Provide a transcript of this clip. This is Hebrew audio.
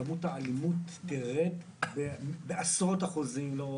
כמות האלימות תרד בעשרות אחוזים.